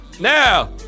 now